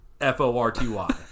F-O-R-T-Y